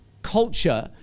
culture